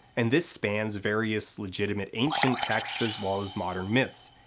and this spans various legitimate ancient texts as well as modern myths.